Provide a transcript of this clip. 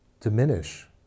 diminish